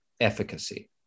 efficacy